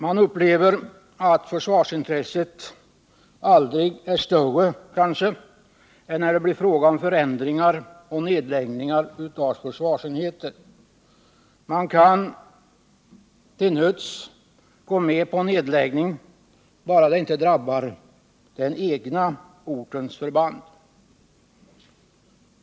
Man upplever att försvarsintresset aldrig är större än när det blir fråga om förändringar och nedläggning av försvarsenheter. Man kan till nöds gå med på en nedläggning bara det inte drabbar den egna ortens förband.